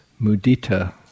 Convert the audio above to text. Mudita